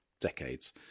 decades